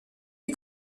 est